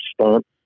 stunt